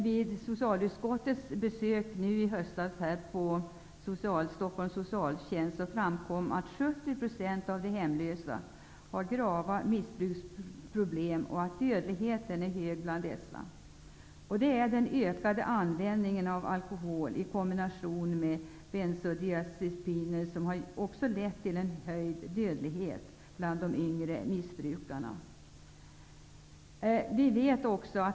Vid socialutskottets besök på Stockholms socialtjänst i höstas framkom det att 70 % av de hemlösa hade grava missbruksproblem och att dödligheten bland dessa var hög. Det är den ökade användningen av alkohol kombinerat med benzodiazpiner som har lett till den höga dödligheten bland de yngre missbrukarna.